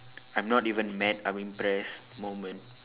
I'm not even mad I'm impressed moment